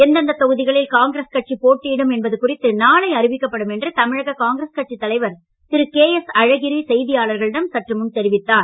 எந்தெந்த தொகுதிகளில் காங்கிரஸ் கட்சி போட்டியிடும் என்பது குறித்து நாளை அறிவிக்கப்படும் என்று தமிழக காங்கிரஸ் கட்சித் தலைவர் திரு கே எஸ் அழகிரி செய்தியாளர்களிடம் சற்று முன் தெரிவித்தார்